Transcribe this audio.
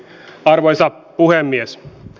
arvoisa puhemies